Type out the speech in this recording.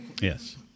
Yes